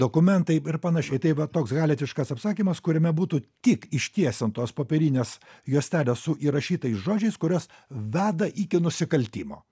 dokumentai ir panašiai tai va toks haletiškas apsakymas kuriame būtų tik ištiesintos popierinės juostelės su įrašytais žodžiais kurios veda iki nusikaltimo